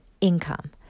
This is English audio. income